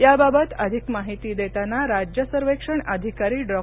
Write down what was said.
याबाबत अधिक माहिती देताना राज्य सर्वेक्षण अधिकारी डॉ